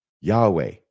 Yahweh